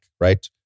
right